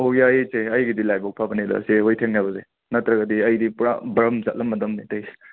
ꯑꯣ ꯌꯥꯏꯌꯦ ꯆꯦ ꯑꯩꯒꯤꯗꯤ ꯂꯥꯏꯕꯛ ꯐꯕꯅꯦꯗ ꯆꯦꯍꯣꯏ ꯊꯦꯡꯅꯕꯁꯦ ꯅꯠꯇ꯭ꯔꯒꯗꯤ ꯑꯩꯗꯤ ꯄꯨꯔꯥ ꯕꯔꯝ ꯆꯠꯂꯝꯃꯗꯕꯅꯦ ꯇꯧꯔꯤꯁꯦ